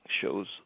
Shows